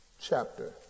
chapter